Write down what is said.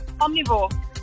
Omnivore